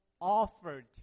offered